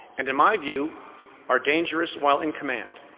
and in my view are dangerous while in command.